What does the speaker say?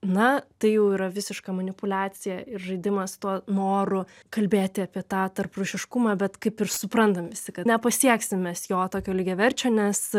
na tai jau yra visiška manipuliacija ir žaidimas tuo noru kalbėti apie tą tarprūšiškumą bet kaip ir suprantam kad nepasieksim mes jo tokio lygiaverčio nes